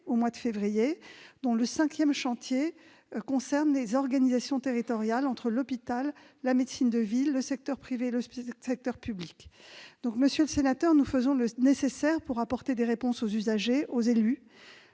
système de santé, dont le cinquième chantier concerne les organisations territoriales entre l'hôpital, la médecine de ville, le secteur privé et le secteur public. Monsieur le sénateur, nous faisons le nécessaire pour apporter des réponses aux usagers et aux élus.